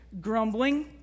grumbling